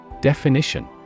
Definition